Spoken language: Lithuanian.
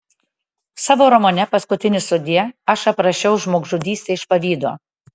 savo romane paskutinis sudie aš aprašiau žmogžudystę iš pavydo